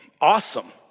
awesome